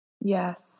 Yes